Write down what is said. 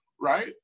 right